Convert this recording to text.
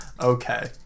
okay